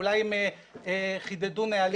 אולי הם חידדו נהלים חדשים.